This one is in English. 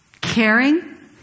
caring